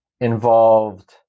involved